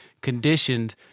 conditioned